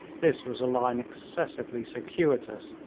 this was a line excessively circuitous,